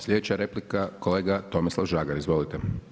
Slijedeća replika kolega Tomislav Žagar, izvolite.